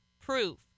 proof